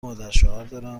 مادرشوهردارم